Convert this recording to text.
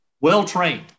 well-trained